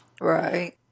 Right